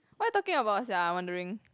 what they talking about sia wondering